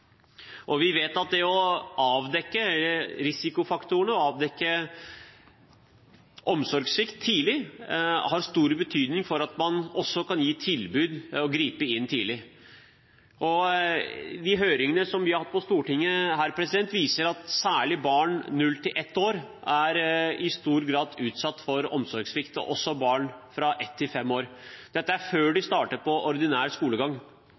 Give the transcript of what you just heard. Og vi vet at det å avdekke risikofaktorene, å avdekke omsorgssvikt tidlig, har stor betydning for at man kan gi et tilbud og gripe inn tidlig. De høringene vi har hatt på Stortinget, viser at særlig barn mellom null og ett år i stor grad er utsatt for omsorgssvikt, og også barn fra ett til fem år. Dette er før de starter på ordinær skolegang.